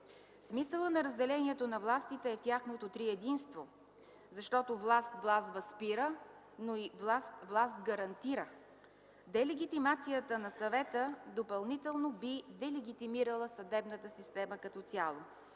Смисълът на разделението на властите е в тяхното триединство, защото власт власт възпира, но и власт власт гарантира. Делигитимацията на съвета допълнително би делигитимирала съдебната система като цяло,